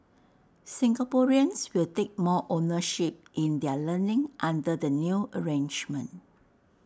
Singaporeans will take more ownership in their learning under the new arrangement